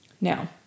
Now